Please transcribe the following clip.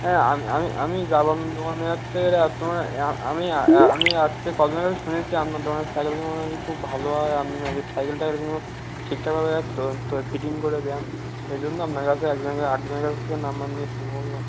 হ্যাঁ আম আমি আমি যাব আপনার দোকানে আ আমি আ আ আমি কজনের কাছে শুনেছি আপনার দোকানের সাইকেলগুলো নাকি খুব ভালো হয় আপনি নাকি সাইকেল টাইকেলগুলো ঠিকঠাক ভাবে তো তো ফিটিং করে দেন সেই জন্য আপনার কাছে এক জনের এক জনের কাছ থেকে নাম্বার নিয়ে ফোন করলাম